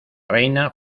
reina